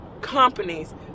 companies